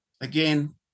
Again